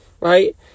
right